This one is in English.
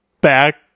back